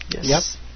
Yes